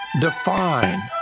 define